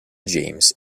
james